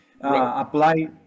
apply